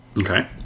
Okay